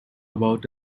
about